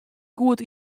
goed